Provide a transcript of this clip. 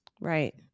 Right